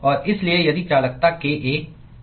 और इसलिए यदि चालकता kA kB और kC हैं